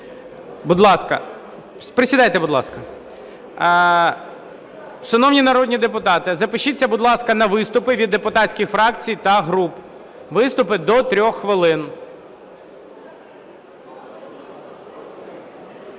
Будь ласка. Присідайте, будь ласка. Шановні народні депутати, запишіться, будь ласка, на виступи від депутатських фракцій та груп, виступи – до 3 хвилин.